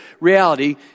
reality